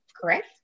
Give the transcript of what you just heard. correct